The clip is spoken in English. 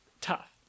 Tough